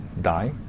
die